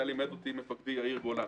את זה לימד אותי מפקדי, יאיר גולן.